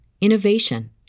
innovation